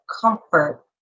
comfort